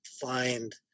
find